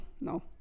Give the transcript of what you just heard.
no